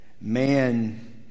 man